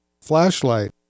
flashlight